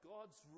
God's